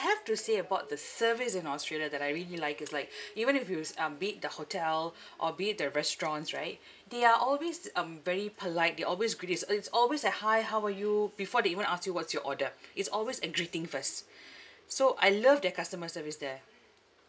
I have to say about the service in australia that I really like is like even if you um be it the hotel or be it the restaurants right they are always um very polite they always greet this it's always a hi how are you before they even ask you what's your order it's always a greeting first so I love their customer service there